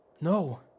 No